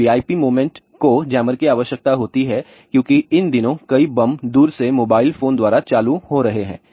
अब VIP moment को jammer की आवश्यकता होती है क्योंकि इन दिनों कई बम दूर से मोबाइल फोन द्वारा चालू हो रहे हैं